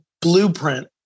blueprint